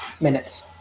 Minutes